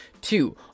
Two